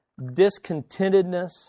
discontentedness